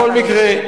בכל מקרה,